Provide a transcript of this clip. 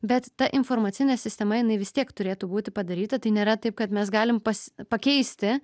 bet ta informacinė sistema jinai vis tiek turėtų būti padaryta tai nėra taip kad mes galim pas pakeisti